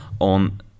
on